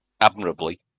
admirably